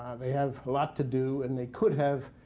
they have a lot to do, and they could have